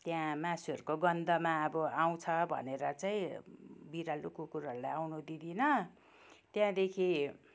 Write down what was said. त्यहाँ मासुहरूको गन्धमा अब आउँछ भनेर चाहिँ बिरालो कुकुरहरूलाई आउन दिदिनँ त्यहाँदेखि